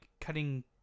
cutting